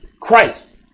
Christ